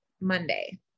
Monday